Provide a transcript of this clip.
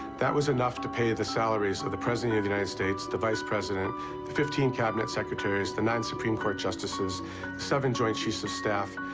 that was enough to pay the salaries of the president of the united states, the vice president, the fifteen cabinet secretaries, the nine supreme court justices, the seven joint chiefs of staff,